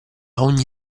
ogni